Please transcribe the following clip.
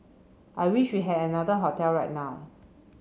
I wish we had another hotel right now